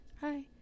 hi